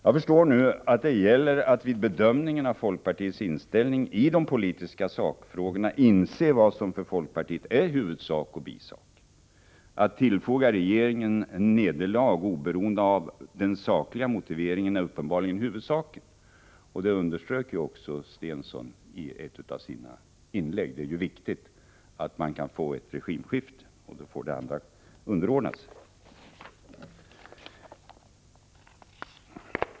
Jag förstår nu att det gäller att vid bedömningen av folkpartiets inställning i de politiska sakfrågorna inse vad som för folkpartiet är huvudsak och bisak. Att tillfoga regeringen nederlag oberoende av den sakliga motiveringen är uppenbarligen huvudsaken. Detta underströk också Börje Stensson i ett av sina inlägg. Det är viktigt att få ett regimskifte, och då får det andra underordna sig.